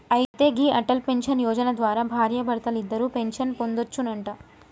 అయితే గీ అటల్ పెన్షన్ యోజన ద్వారా భార్యాభర్తలిద్దరూ పెన్షన్ పొందొచ్చునంట